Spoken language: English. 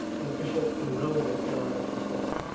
and efficient and relevant. in our action planning.